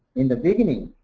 in the beginning,